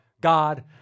God